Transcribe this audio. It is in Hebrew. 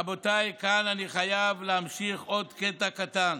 רבותיי, כאן אני חייב להמשיך עוד קטע קטן: